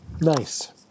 Nice